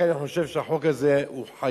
לכן אני חושב שהחוק הזה חייב,